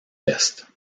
est